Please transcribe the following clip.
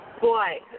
Boy